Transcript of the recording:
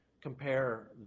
compare